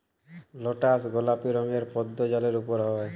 lotus গলাপি রঙের পদ্দ জালের উপরে হ্যয়